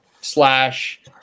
slash